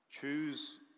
Choose